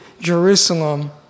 Jerusalem